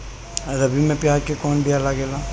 रबी में प्याज के कौन बीया लागेला?